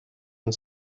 and